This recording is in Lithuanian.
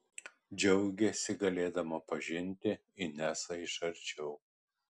džiaugėsi galėdama pažinti inesą iš arčiau